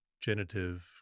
genitive